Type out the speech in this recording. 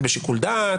זה בשיקול דעת.